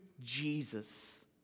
Jesus